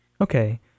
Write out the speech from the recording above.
Okay